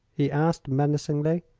he asked, menacingly.